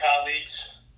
colleagues